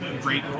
great